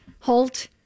Holt